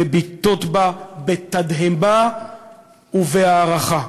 מביטות בה בתדהמה ובהערכה.